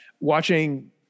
watching